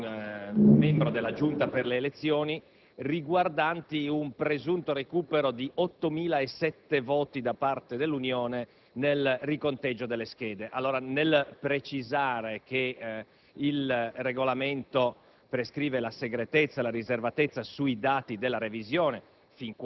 ad un membro della nostra Giunta delle elezioni, riguardanti un presunto recupero di 8.007 voti da parte dell'Unione nel riconteggio delle schede. Al riguardo, vorrei precisare che il Regolamento prescrive la segretezza e la riservatezza sui dati della revisione